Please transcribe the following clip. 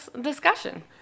discussion